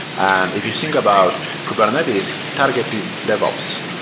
and if you think about kubernetes, targeted devops.